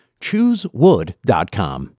Choosewood.com